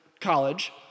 college